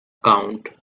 count